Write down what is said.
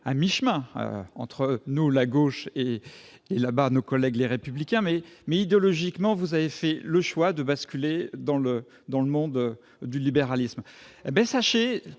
à mi-chemin entre nous, la gauche, et nos collègues du groupe Les Républicains ; mais, idéologiquement, vous avez fait le choix de basculer dans le monde du libéralisme. Nous,